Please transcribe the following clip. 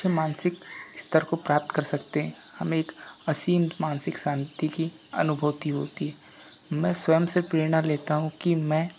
अच्छे मानसिक स्तर को प्राप्त कर सकते है हमें एक असीम मानसिक शांति की अनुभूति होती है मैं स्वयं से प्रेरणा लेता हूँ कि मैं